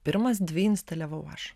pirmas dvi instaliavau aš